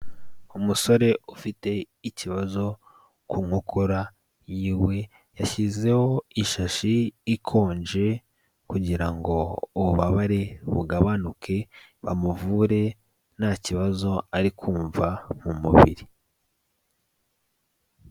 Umusore ufite ikibazo ku nkokora yiwe yashyizeho ishashi ikonje kugirango ububabare bugabanuke bamuvure ntakibazo arimva mu mubiri.